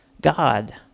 God